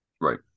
right